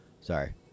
Sorry